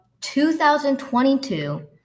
2022